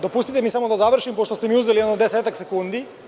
Dopustite mi da završim, pošto ste mi uzeli jedno desetak sekundi.